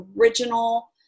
original